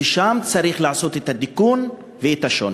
ושם צריך לעשות את התיקון ואת השוני.